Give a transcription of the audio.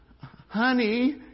honey